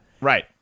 Right